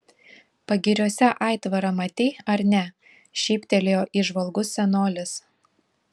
pagiriuose aitvarą matei ar ne šyptelėjo įžvalgus senolis